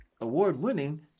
award-winning